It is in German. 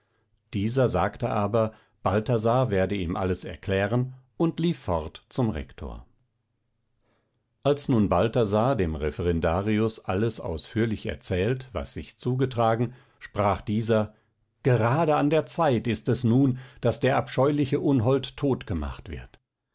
dieser sagte aber balthasar werde ihm alles erklären und lief fort zum rektor als nun balthasar dem referendarius alles ausführlich erzählt was sich zugetragen sprach dieser gerade an der zeit ist es nun daß der abscheuliche unhold tot gemacht wird